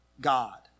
God